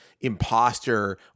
imposter